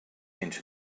into